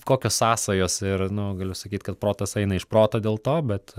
kokios sąsajos ir nu galiu sakyti kad protas eina iš proto dėl to bet